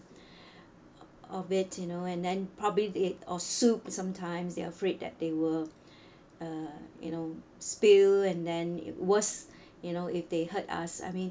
of it you know and then probably they or soup sometimes they're afraid that they will uh you know spill and then worse you know if they hurt us I mean